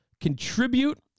contribute